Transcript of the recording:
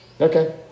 Okay